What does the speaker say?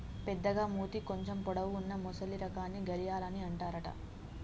పెద్దగ మూతి కొంచెం పొడవు వున్నా మొసలి రకాన్ని గరియాల్ అని అంటారట